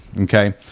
okay